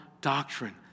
doctrine